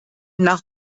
nach